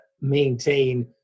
maintain